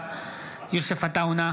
אינו נוכח יוסף עטאונה,